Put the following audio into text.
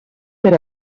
per